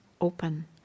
open